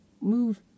move